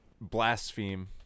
Blaspheme